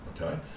okay